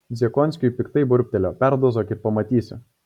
dziekonskiui piktai burbtelėjo perdozuok ir pamatysi